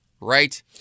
right